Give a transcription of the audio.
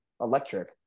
Electric